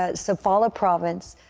ah safala province,